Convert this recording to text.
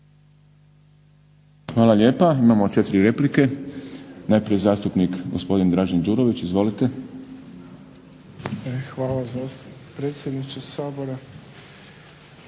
Hvala lijepa. Imamo četiri replike. Najprije zastupnik gospodin Dražen Đurović. Izvolite. **Đurović, Dražen